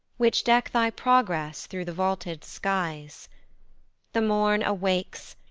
which deck thy progress through the vaulted skies the morn awakes,